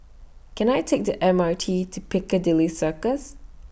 Can I Take The M R T to Piccadilly Circus